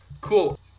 Cool